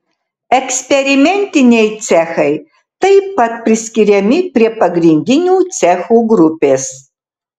eksperimentiniai cechai taip pat priskiriami prie pagrindinių cechų grupės